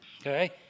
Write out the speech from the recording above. Okay